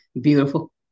beautiful